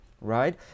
right